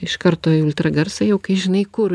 iš karto į ultragarsą jau kai žinai kur